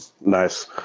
Nice